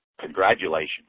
Congratulations